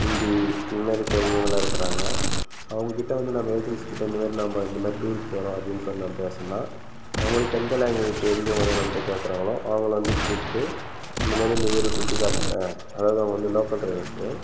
ஹிந்தி இந்தமாதிரி தெரிஞ்சவங்களாம் இருக்கிறாங்க அவங்க கிட்ட வந்து நம்ம ஏஜென்சி கிட்ட வந்து நம்ம இந்தமாதிரி நம்ம டூர் போகிறம் அப்படின்னு சொன்னால் பேசுனால் அவங்களுக்கு எந்த லாங்குவேஜ் தெரிஞ்சி நம்மளட்ட கேக்குறாங்களோ அவங்கலை வந்து கூப்பிட்டு இந்தமாதிரி இந்த ஊறை சுத்திகாட்டுங்கள் அதுலாம் வந்து என்ன பண்ணுறது